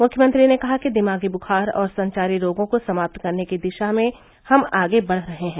मुख्यमंत्री ने कहा कि दिमागी बुखार और संचारी रोगों को समाप्त करने की दिशा में हम आगे बढ़ रहे हैं